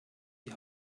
die